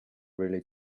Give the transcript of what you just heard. really